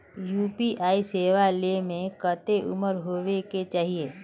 UPI सेवा ले में कते उम्र होबे के चाहिए?